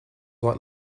what